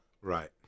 Right